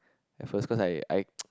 at first cause I I